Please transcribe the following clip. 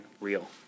real